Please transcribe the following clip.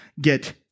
get